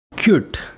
CUTE